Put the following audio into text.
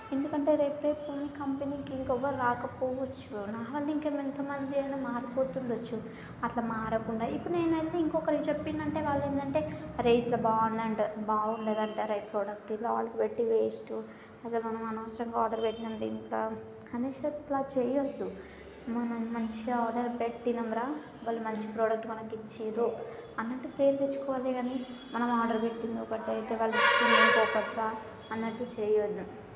ఎందుకంటే రేపు రేపు ఇంకా కంపెనీకి ఇంకా ఎవ్వరు రాకపోవచ్చు నావల్ల ఇంక్ ఎంతమందైనా మారిపోతుండచ్చు అట్ల మారకుండా ఇప్పుడు నేనైతే ఇంకొక్కళ్ళకి చెప్పిన అంటే వాళ్ళు ఏంటంటే అరే ఇట్ట బాగుంది అంట బాగుండదు అంట ఈ ప్రోడక్ట్ ఆర్డర్ పెట్టి వేస్ట్ అసలు మనం అనవసరంగా ఆర్డర్ పెట్టినాం దీంట్లో అనే అనవసరంగా అట్లా చేయద్దు మనం మంచిగా ఆర్డర్ పెట్టినాం రా వాళ్ళు మనకి మంచి ప్రోడక్ట్ ఇచ్చిండ్రు అన్నట్టు పేరు తెచ్చుకోవాలి కానీ మనం ఆర్డర్ పెట్టింది ఒకటైతే వాళ్ళు ఇచ్చింది ఇంకొకటి రా అన్నట్టు చేయద్దు